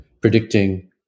predicting